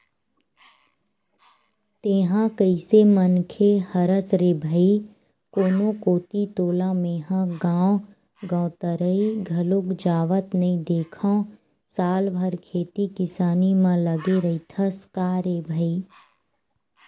तेंहा कइसे मनखे हरस रे भई कोनो कोती तोला मेंहा गांव गवतरई घलोक जावत नइ देंखव साल भर खेती किसानी म लगे रहिथस का रे भई?